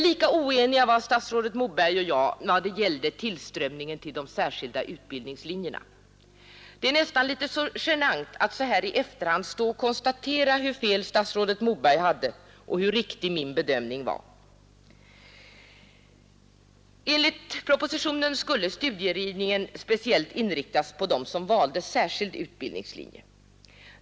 Lika oeniga var statsrådet Moberg och jag när det gällde tillströmningen till de särskilda utbildningslinjerna. Det är nästan litet genant att så här i efterhand kunna konstatera hur fel statsrådet Moberg hade och hur riktig min bedömning var. Enligt propositionen skulle studierådgivningen speciellt inriktas på den som valde särskild utbildningslinje.